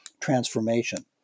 transformation